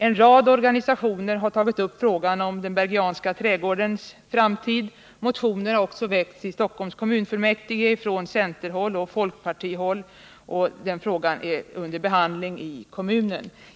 En rad organisationer har tagit upp frågan om den Bergianska trädgårdens framtid. Motioner har också väckts i Stockholms kommunfullmäktige från centerhåll och folkpartihåll, och frågan är under behandling i kommunen.